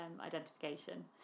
identification